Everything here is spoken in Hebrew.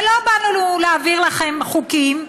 ולא בא לנו להעביר לכם חוקים,